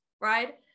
right